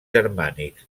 germànics